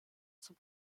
zum